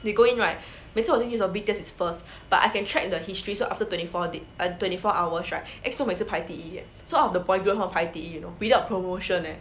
they go in right 每次我进去的时候 B_T_S is first but I can track the history so after twenty four err twenty four hours right E_X_O 每次排第一 so out of the boy group 他们排第一 you know without promotion leh